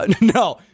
No